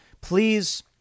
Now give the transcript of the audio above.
please